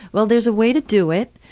well there's a way to do it.